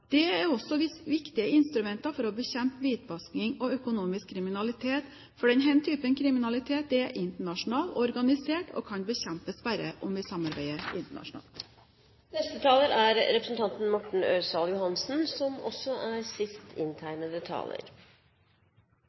Det er også viktige instrumenter for å bekjempe hvitvasking og økonomisk kriminalitet, for denne typen kriminalitet er internasjonal og organisert og kan bare bekjempes om vi samarbeider internasjonalt. Fremskrittspartiet er